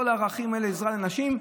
את כל הערכים של עזרה לנשים,